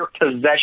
possession